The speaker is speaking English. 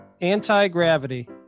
anti-gravity